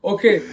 Okay